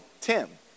Tim